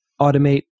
automate